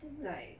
I think like